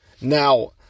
Now